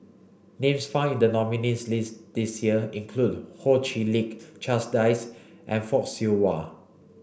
names found in the nominees' list this year include Ho Chee Lick Charles Dyce and Fock Siew Wah